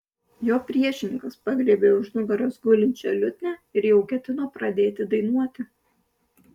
jo priešininkas pagriebė už nugaros gulinčią liutnią ir jau ketino pradėti dainuoti